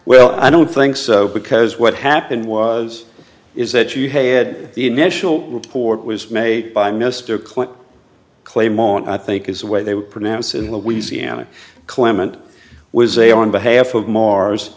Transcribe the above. well i don't think so because what happened was is that you had the initial report was made by mr clinton claymont i think is the way they would pronounce in louisiana clement was a on behalf of mars